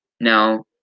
Now